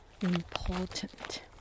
important